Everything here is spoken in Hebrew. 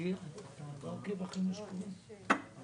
אפילו במחירי הממשלה זה